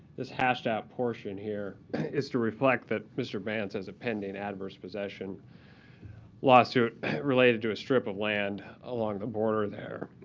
this hashed out portion here is to reflect that mr. bantz has a pending adverse possession lawsuit related to a strip of land along the border there.